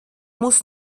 muss